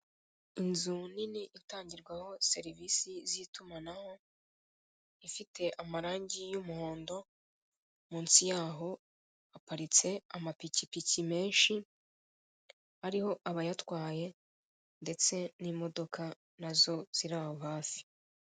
Inzu nini itangirwaho serivisi z'ibyumanaho ifite amarangi y'umuhondo munsi yaho haparitse amapikipiki menshi ariho abayatwaye ndetse n'imodoka nazo ziri aho hafi.